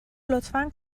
لطفا